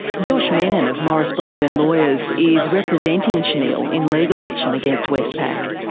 josh mennen of maurice blackburn lawyers is representing shanil in legal action against westpac.